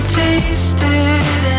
tasted